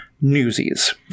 Newsies